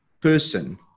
person